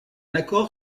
accord